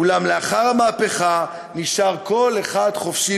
אולם לאחר המהפכה נשאר כל אחד חופשי